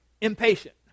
Impatient